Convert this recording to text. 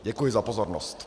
Děkuji za pozornost.